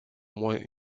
moins